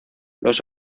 los